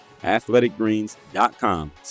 Athleticgreens.com